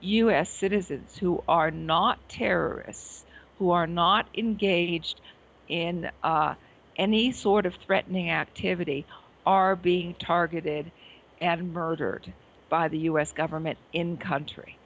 s citizens who are not terrorists who are not engaged in any sort of threatening activity are being targeted and murdered by the u s government in country